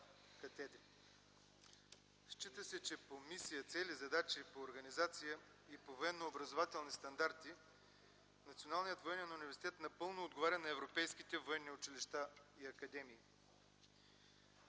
катедри. Счита се, че по мисия, цели, задачи, по организация и по военно-образователни стандарти Националният военен университет напълно отговаря на европейските военни училища и академии.